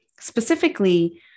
Specifically